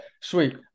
Sweet